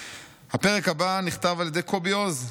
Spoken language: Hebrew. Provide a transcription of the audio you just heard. הפרק הבא נכתב על ידי קובי אוז: